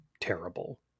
terrible